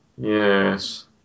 Yes